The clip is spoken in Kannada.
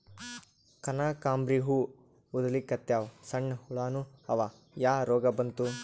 ಕನಕಾಂಬ್ರಿ ಹೂ ಉದ್ರಲಿಕತ್ತಾವ, ಸಣ್ಣ ಹುಳಾನೂ ಅವಾ, ಯಾ ರೋಗಾ ಬಂತು?